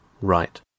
right